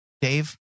Dave